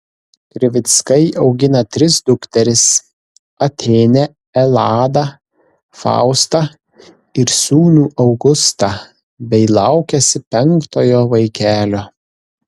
krivickai augina tris dukteris atėnę eladą faustą ir sūnų augustą bei laukiasi penktojo vaikelio